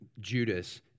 Judas